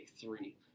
three